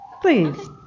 please